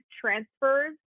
transfers